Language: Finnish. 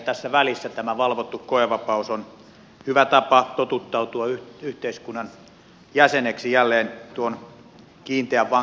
tässä välissä tämä valvottu koevapaus on hyvä tapa totuttautua yhteiskunnan jäseneksi jälleen tuon kiinteän vankeuden jälkeen